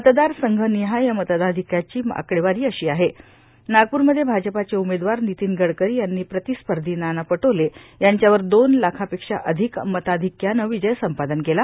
मतदारसंघनिहाय मतदाधिक्याची आकडेवारी अशी आहे नागपूरमध्ये भाजपाचे उमेदवार नितीन गडकरी यांनी प्रतिस्पर्धी नाना पटोले यांच्यावर दोन लाखापेक्षा अधिक मताधिक्यानं विजय संपादन केला